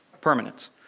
permanence